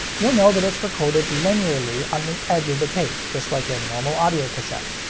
you'll know that it's recorded linearly on the edge of the tape, just like a normal audio cassette.